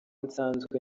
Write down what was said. nsanzwe